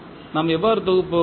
நாம் எவ்வாறு தொகுப்போம்